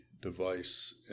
device